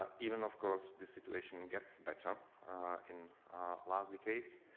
ah even of course, the situation gets better in lots of the case,